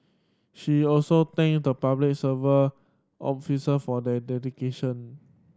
she also thanked the Public Service officer for their dedication